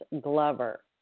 Glover